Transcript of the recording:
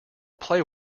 play